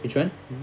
which one